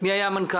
מי היה המנכ"ל?